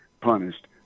punished